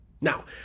Now